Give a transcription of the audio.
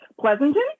Pleasanton